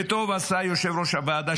וטוב עשה יושב-ראש הוועדה,